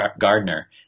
Gardner